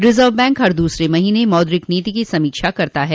reserve bank हर दूसरे महीने मौद्रिक नीति की समीक्षा करता है